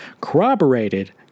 corroborated